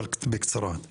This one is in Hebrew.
אבל בקצרה,